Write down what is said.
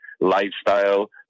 lifestyle